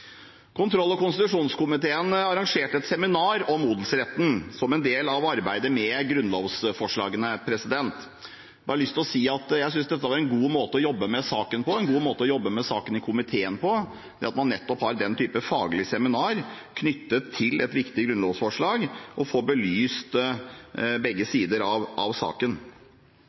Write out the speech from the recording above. Kontroll- og konstitusjonskomiteen arrangerte et seminar om odelsretten som en del av arbeidet med grunnlovsforslagene. Jeg har lyst til å si at jeg synes dette var en god måte å jobbe med saken på, og en god måte å jobbe med saken i komiteen på – det at man nettopp har den typen faglig seminar knyttet til et viktig grunnlovsforslag og får belyst begge sider av saken.